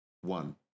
One